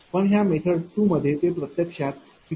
पण ह्या मेथड 2 मध्ये ते प्रत्यक्षात 61